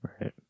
Right